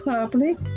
Public